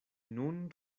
nun